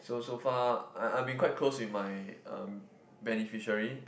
so so far I I've been quite close with my um beneficiary